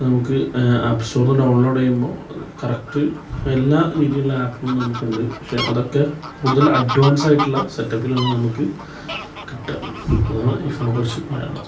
നമുക്ക് അപ്സ്റ്റോറില്നിന്ന് ഡൗണ്ലോഡ് ചെയ്യുമ്പോള് കറക്റ്റ് എല്ലാ രീതിയിലുള്ള ആപ്പും നമുക്കുണ്ട് പക്ഷെ അതൊക്കെ കൂടുതല് അഡ്വന്സായിട്ടുള്ള സെറ്റപ്പിലാണ് നമുക്ക് കിട്ടുത അതാണ് ഐ ഫോണെക്കുറിച്ച് പറയാനുള്ളത്